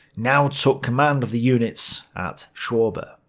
now took command of the units at sworbe.